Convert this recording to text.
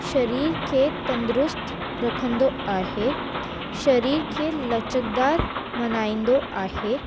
शरीर खे तंदुरुस्तु रखंदो आहे शरीर खे लचकदार बणाईंदो आहे